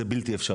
זה בלתי אפשרי.